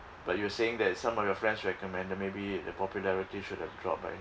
but you were saying that some of your friends recommended maybe the popularity should have dropped by